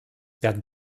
werden